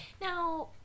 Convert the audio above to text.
now